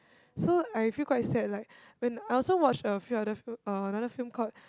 so I feel quite sad like when I also watch a few other film uh another film called